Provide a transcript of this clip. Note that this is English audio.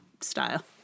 style